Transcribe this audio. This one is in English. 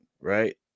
right